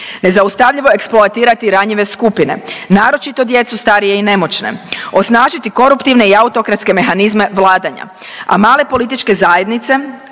nezaustavljivo eksploatirati ranjive skupine, naročito djecu, starije i nemoćne, osnažiti koruptivne i autokratske mehanizme vladanja, a male političke zajednice